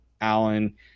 Allen